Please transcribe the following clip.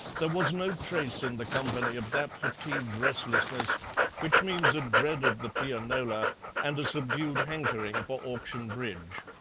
there was no trace in the company of that fatigued restlessness which means a dread of the pianola and a subdued hankering for auction bridge.